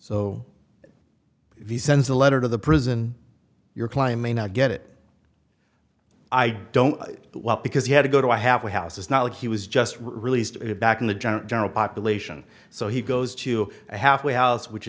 so if he sends a letter to the prison your client may not get it i don't know what because he had to go to a halfway house it's not like he was just released back in the general population so he goes to a halfway house which